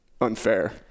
unfair